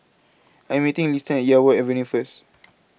I Am meeting Liston At Yarwood Avenue First